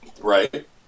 Right